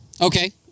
Okay